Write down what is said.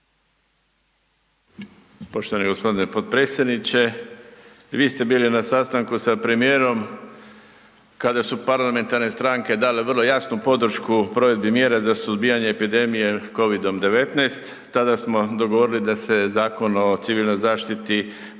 Poštovani g. potpredsjedniče. Vi ste bili na sastanku sa premijerom kada su parlamentarne stranke dale vrlo jasnu podršku provedbi mjera za suzbijanje epidemije COVID-19. Tada smo dogovorili da se Zakon o civilnoj zaštiti